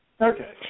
Okay